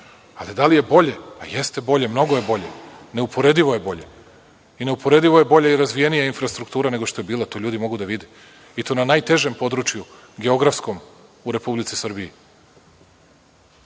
Ali, da li je bolje? Pa jeste bolje, mnogo je bolje, neuporedivo je bolje. Neuporedivo je bolja i razvijenija infrastruktura nego što je bila, to ljudi mogu da vide, i to na najtežem području geografskom u Republici Srbiji. Što